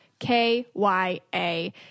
KYA